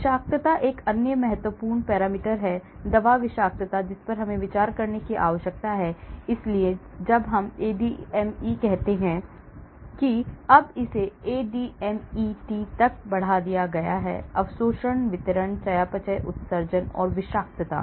विषाक्तता एक अन्य महत्वपूर्ण पैरामीटर है दवा विषाक्तता जिस पर हमें विचार करने की आवश्यकता है इसलिए जब हम ADME कहते हैं कि अब इसे ADMET तक बढ़ा दिया गया है अवशोषण वितरण चयापचय उत्सर्जन और विषाक्तता